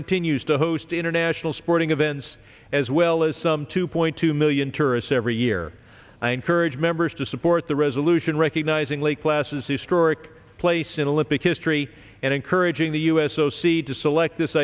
continues to host international sporting events as well as some two point two million tourists every year i encourage members to support the resolution recognizing lake placid historic place in the lip of history and encouraging the u s o c to select this